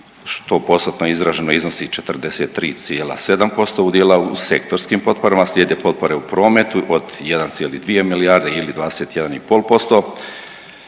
što postotno izraženo iznosi 43,7% udjela u sektorskim potporama, slijede potpore u prometu od 1,2 milijarde ili 21,5%.